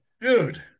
dude